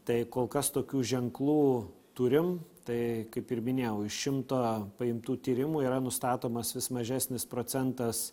tai kol kas tokių ženklų turim tai kaip ir minėjau iš šimto paimtų tyrimų yra nustatomas vis mažesnis procentas